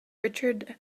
richard